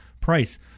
price